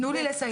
תנו לי לסיים.